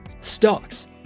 stocks